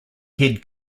head